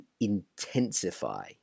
intensify